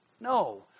No